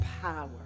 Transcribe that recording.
power